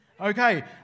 Okay